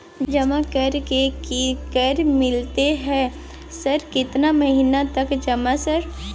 जमा कर के की कर मिलते है सर केतना महीना तक जमा सर?